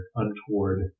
untoward